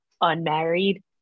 unmarried